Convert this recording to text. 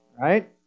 right